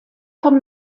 vom